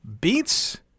beets